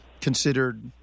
considered